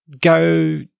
go